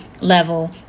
level